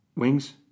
Wings